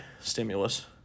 stimulus